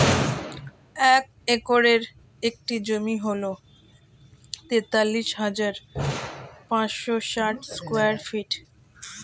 এক একরের একটি জমি হল তেতাল্লিশ হাজার পাঁচশ ষাট স্কয়ার ফিট